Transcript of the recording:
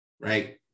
Right